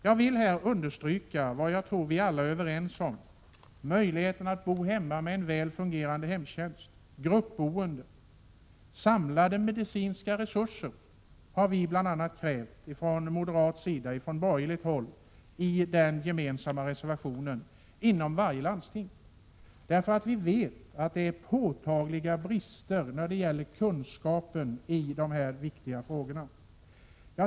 Jag vill understryka vikten av att de demenssjuka, vilket jag tror att vi är överens om, ges möjlighet att bo hemma med en väl fungerande hemtjänst eller möjlighet till gruppboende. I en gemensam reservation har vi borgerliga partier bl.a. krävt samlade medicinska resurser inom varje landsting, eftersom vi vet att det föreligger påtagliga brister när det gäller kunskapen om dessa viktiga frågor.